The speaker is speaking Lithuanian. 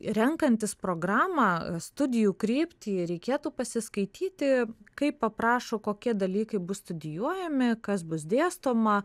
renkantis programą studijų kryptį reikėtų pasiskaityti kaip aprašo kokie dalykai bus studijuojami kas bus dėstoma